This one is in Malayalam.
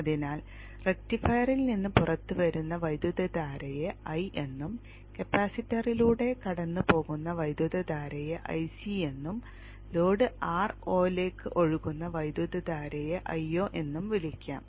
അതിനാൽ റക്റ്റിഫയറിൽ നിന്ന് പുറത്തുവരുന്ന വൈദ്യുതധാരയെ I എന്നും കപ്പാസിറ്ററിലൂടെ കടന്നുപോകുന്ന വൈദ്യുതധാരയെ Ic എന്നും ലോഡ് Ro ലേക്ക് ഒഴുകുന്ന വൈദ്യുതധാരയെ Io എന്നും വിളിക്കാം